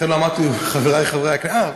לכן לא אמרתי "חבריי חברי הכנסת".